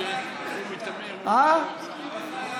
עם ישראל.